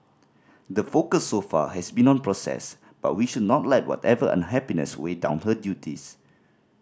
the focus so far has been on process but we should not let whatever unhappiness weigh down her duties